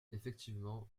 effectivement